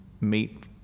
meet